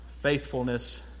faithfulness